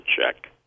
check